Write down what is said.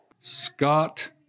Scott